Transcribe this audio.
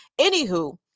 anywho